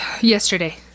yesterday